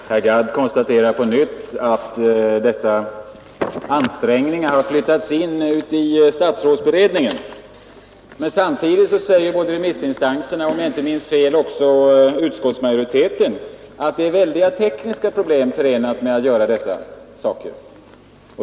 Herr talman! Herr Gadd konstaterar på nytt att ansträngningarna att lösa dessa frågor har flyttats in i statsrådsberedningen. Men samtidigt säger både remissinstanserna och, om jag inte minns fel, utskottsmajoriteten att det är väldiga tekniska problem förenade med att nå målet.